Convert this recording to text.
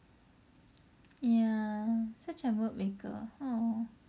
ya such a mood maker